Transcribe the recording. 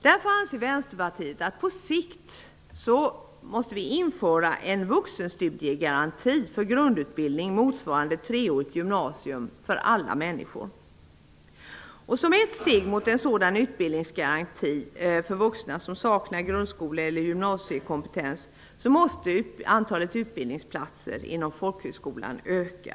Därför anser Vänsterpartiet att det på sikt bör införas en vuxenstudiegaranti för grundutbildning, motsvarande treårigt gymnasium, för alla människor. Som ett steg mot en sådan utbildningsgaranti för vuxna som saknar grundskole eller gymnasiekompetens måste antalet utbildningsplatser inom folkhögskolan öka.